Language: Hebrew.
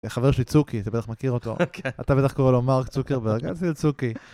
חבר שלי צוקי, אתה בטח מכיר אותו, אתה בטח קורא לו מרק צוקרברג, אז... צוקי.